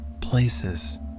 places